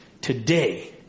Today